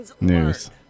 news